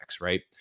right